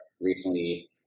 Recently